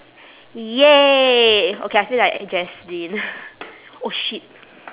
!yay! okay I feel like a oh shit